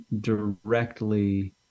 directly